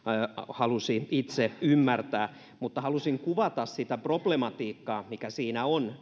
halusi itse ymmärtää mutta halusin kuvata sitä problematiikkaa mikä siinä on